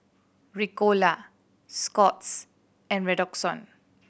Ricola Scott's and Redoxon